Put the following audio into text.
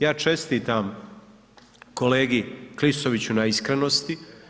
Ja čestitam kolegi Klisoviću na iskrenosti.